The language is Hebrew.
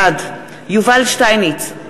בעד יובל שטייניץ,